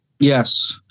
Yes